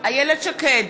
איילת שקד,